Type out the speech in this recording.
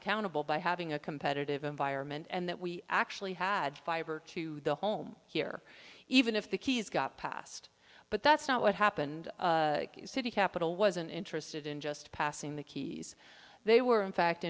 accountable by having a competitive environment and that we actually had fiber to the home here even if the keys got passed but that's not what happened citi capital wasn't interested in just passing the keys they were in fact